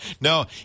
No